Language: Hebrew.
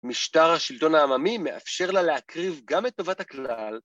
משטר השלטון העממי מאפשר לה להקריב גם את טובת הכלל.